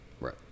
right